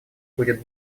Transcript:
будет